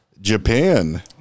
Japan